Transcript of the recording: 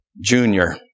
junior